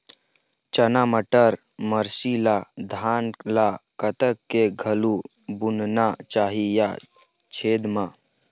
चना बटर मसरी ला धान ला कतक के आघु बुनना चाही या छेद मां?